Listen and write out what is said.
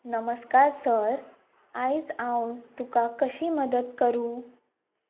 नमस्कार सर आयज हांव तुका कशी मदत करूं